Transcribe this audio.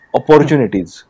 opportunities